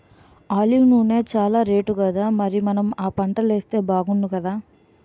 olive నూనె చానా రేటుకదా మరి మనం ఆ పంటలేస్తే బాగుణ్ణుకదా